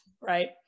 right